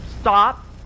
stop